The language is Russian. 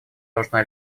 должна